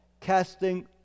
Casting